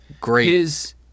great